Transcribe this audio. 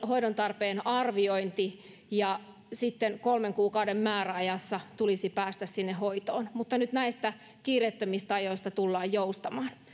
hoidon tarpeen arviointi ja sitten kolmen kuukauden määräajassa tulisi päästä hoitoon mutta nyt näistä kiireettömistä ajoista tullaan joustamaan